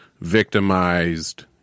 victimized